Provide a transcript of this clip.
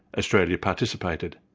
australia participated.